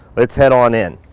let's head on in.